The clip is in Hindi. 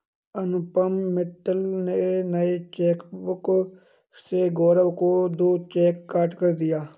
अनुपम मित्तल ने नए चेकबुक से गौरव को दो चेक काटकर दिया